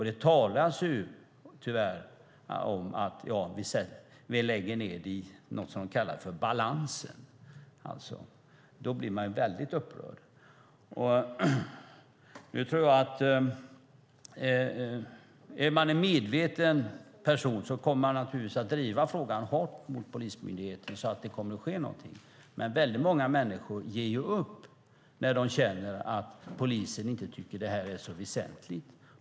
Det talas ju tyvärr om att de lägger ned det i något de kallar för balansen. Då blir man ju väldigt upprörd. Nu tror jag att är man en medveten person kommer man naturligtvis att driva frågan hos polismyndigheten så att det kommer att ske någonting. Men väldigt många människor ger ju upp när de känner att polisen inte tycker att det här är så väsentligt.